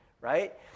Right